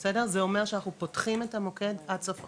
זה אומר שאנחנו פותחים את המוקד עד סוף החודש,